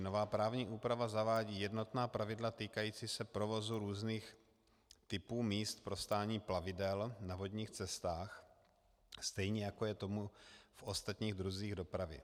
Nová právní úprava zavádí jednotná pravidla týkající se provozu různých typů míst pro stání plavidel na vodních cestách, stejně jako je tomu v ostatních druzích dopravy.